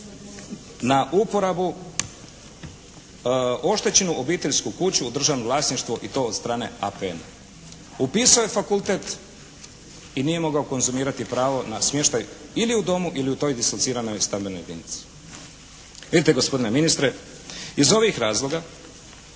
na uporabu oštećenu obiteljsku kuću u državnom vlasništvu i to od strane APN-a Upisao je fakultet i nije mogao konzumirati pravo na smještaj ili u domu ili u toj dislociranoj stambenoj jedinici. Vidite gospodine ministre, iz ovih razloga